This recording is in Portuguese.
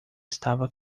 estava